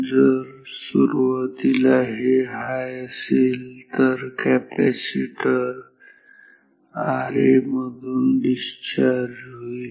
जर सुरुवातीला हे हाय असेल तर कॅपॅसिटर Ra मधून डिस्चार्ज होईल